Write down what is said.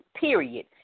period